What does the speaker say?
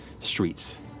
streets